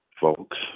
folks